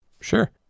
Sure